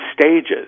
stages